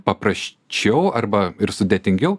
paprasčiau arba ir sudėtingiau